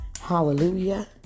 hallelujah